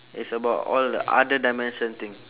it's about all the other dimension thing